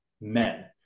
men